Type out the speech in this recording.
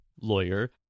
lawyer